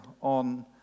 on